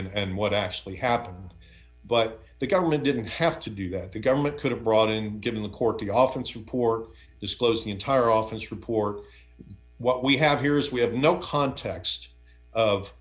and what actually happened but the government didn't have to do that the government could have brought in given the court the often support disclosed the entire office report what we have here is we have no context of